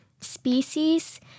species